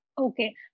Okay